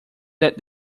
that